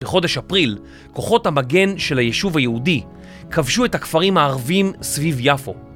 בחודש אפריל כוחות המגן של הישוב היהודי כבשו את הכפרים הערבים סביב יפו.